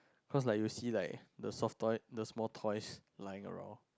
cause like you will see like the soft toys the small toys lying around